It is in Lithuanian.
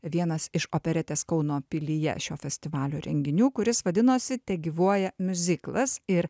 vienas iš operetės kauno pilyje šio festivalio renginių kuris vadinosi tegyvuoja miuziklas ir